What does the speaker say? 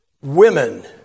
Women